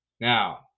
now